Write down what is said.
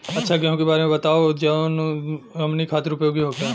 अच्छा गेहूँ के बारे में बतावल जाजवन हमनी ख़ातिर उपयोगी होखे?